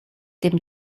dem